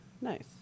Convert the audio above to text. Nice